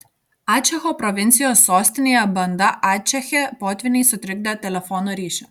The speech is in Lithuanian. ačecho provincijos sostinėje banda ačeche potvyniai sutrikdė telefono ryšį